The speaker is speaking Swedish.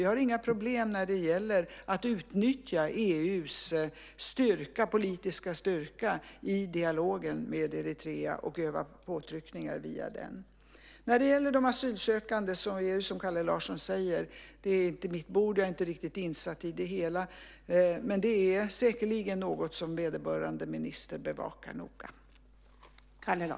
Vi har inga problem när det gäller att utnyttja EU:s politiska styrka i dialogen med Eritrea och utöva påtryckningar via den. När det gäller de asylsökande är det som Kalle Larsson säger inte mitt bord. Jag är inte riktigt insatt i det hela. Men det är säkerligen något som vederbörande minister bevakar noga.